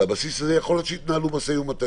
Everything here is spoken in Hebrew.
על הבסיס הזה יכול להיות שיתנהלו משאים-ומתנים.